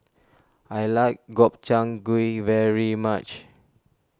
I like Gobchang Gui very much